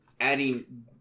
adding